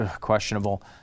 questionable